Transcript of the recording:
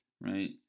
right